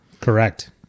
Correct